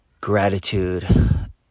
gratitude